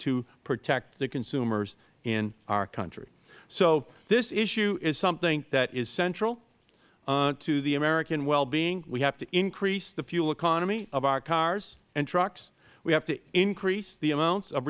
to protect the consumers in our country so this issue is something that is central to the american well being we have to increase the fuel economy of our cars and trucks we have to increase the amounts of